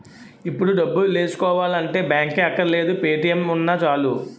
ఇప్పుడు డబ్బులేసుకోవాలంటే బాంకే అక్కర్లేదు పే.టి.ఎం ఉన్నా చాలు